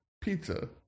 pizza